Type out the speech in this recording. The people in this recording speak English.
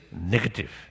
negative